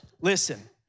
listen